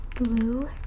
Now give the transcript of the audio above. blue